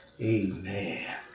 Amen